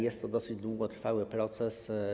Jest to dosyć długotrwały proces.